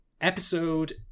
episode